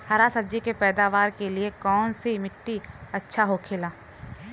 हरी सब्जी के पैदावार के लिए कौन सी मिट्टी अच्छा होखेला?